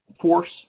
force